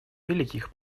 великих